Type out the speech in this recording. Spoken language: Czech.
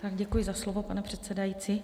Děkuji za slovo, pane předsedající.